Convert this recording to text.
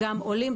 גם עולים,